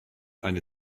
eine